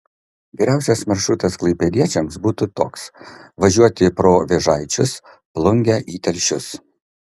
geriausias maršrutas klaipėdiečiams būtų toks važiuoti pro vėžaičius plungę į telšius